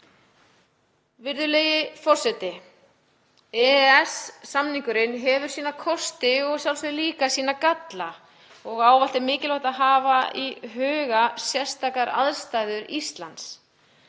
Virðulegi forseti. EES-samningurinn hefur sína kosti og að sjálfsögðu líka sína galla og ávallt er mikilvægt að hafa í huga sérstakar aðstæður Íslands.